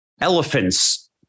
elephants